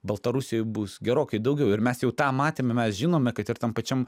baltarusijoj bus gerokai daugiau ir mes jau tą matėme mes žinome kad ir tam pačiam